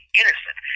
innocent